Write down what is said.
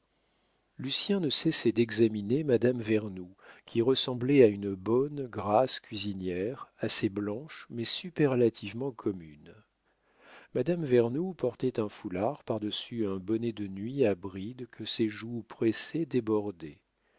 lucien ne cessait d'examiner madame vernou qui ressemblait à une bonne grasse cuisinière assez blanche mais superlativement commune madame vernou portait un foulard par-dessus un bonnet de nuit à brides que ses joues pressées débordaient